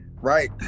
right